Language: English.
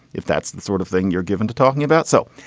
if that's the sort of thing you're given to talking about. so.